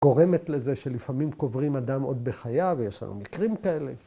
‫גורמת לזה שלפעמים קוברים אדם ‫עוד בחייו, ויש לנו מקרים כאלה.